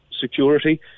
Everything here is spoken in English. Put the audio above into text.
security